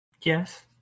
yes